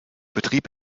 betrieb